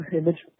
image